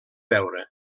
beure